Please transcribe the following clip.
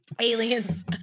Aliens